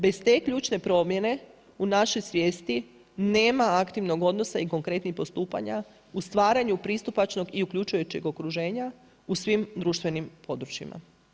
Bez te ključne promjene u našoj svijesti nema aktivnog odnosa i konkretnih postupanja u stvaranju pristupačnog i uključujućeg okruženja u svim društvenim područjima.